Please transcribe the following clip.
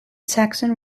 saxon